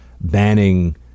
banning